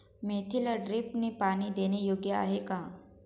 मेथीला ड्रिपने पाणी देणे योग्य आहे का?